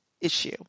issue